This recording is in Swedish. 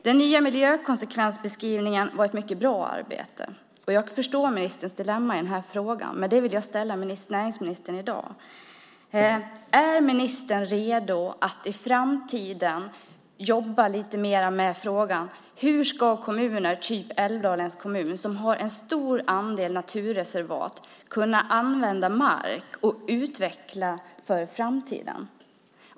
Den nya miljökonsekvensbeskrivningen var ett mycket bra arbete, och jag förstår ministerns dilemma när det gäller detta. Jag vill därför ställa en fråga till näringsministern i dag. Är ministern redo att jobba lite mer med frågan hur kommuner som Älvdalen, med en stor andel naturreservat, ska kunna använda mark och utvecklas i framtiden?